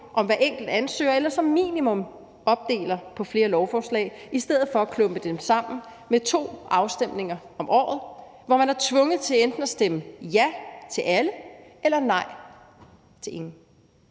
om hver enkelt ansøger eller som minimum opdeler det på flere lovforslag i stedet for at klumpe dem sammen med to afstemninger om året, hvor man er tvunget til enten at stemme ja til alle eller nej til ingen.